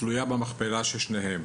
תלויה במכפלה של שניהם.